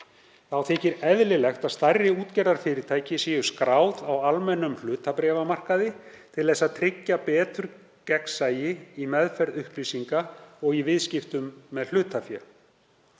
Þá þykir eðlilegt að stærri útgerðarfyrirtæki séu skráð á almennum hlutabréfamarkaði til þess að tryggja betur gegnsæi í meðferð upplýsinga og í viðskiptum með hlutafé.